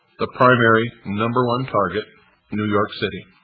the primary number one target new york city.